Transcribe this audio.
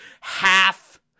half